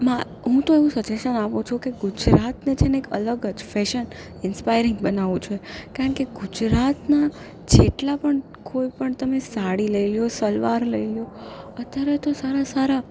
માં હું તો એવું સજેસન આપું છું કે ગુજરાતને છેને એક અલગ જ ફેશન ઇન્સ્પાયરિંગ બનાવવું જોઈએ કારણ કે ગુજરાતનાં જેટલા પણ કોઈ પણ તમે સાડી લઈ લો સલવાર લઈ લો અત્યારે તો સારા સારા